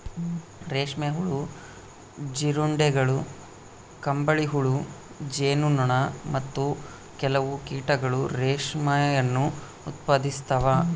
ರೇಷ್ಮೆ ಹುಳು, ಜೀರುಂಡೆಗಳು, ಕಂಬಳಿಹುಳು, ಜೇನು ನೊಣ, ಮತ್ತು ಕೆಲವು ಕೀಟಗಳು ರೇಷ್ಮೆಯನ್ನು ಉತ್ಪಾದಿಸ್ತವ